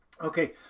Okay